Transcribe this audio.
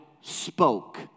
spoke